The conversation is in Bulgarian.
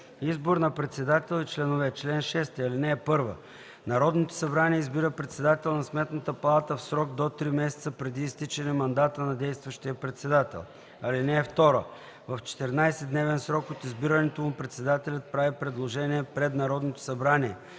„Избор на председател и членове Чл. 6. (1) Народното събрание избира председател на Сметната палата в срок до три месеца преди изтичането на мандата на действащия председател. (2) В 14-дневен срок от избирането му председателят прави предложение пред Народното събрание